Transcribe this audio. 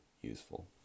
useful